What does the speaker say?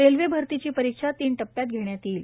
railway भरतीची परीक्षा तीन टप्प्यांत घेण्यात येईल